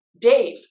Dave